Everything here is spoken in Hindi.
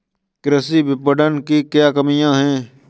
कृषि विपणन की क्या कमियाँ हैं?